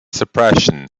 suppression